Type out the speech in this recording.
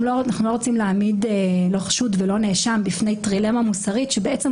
שאנחנו לא רוצים להעמיד לא חשוד ולא נאשם בפני טרילמה מוסרית שבעצם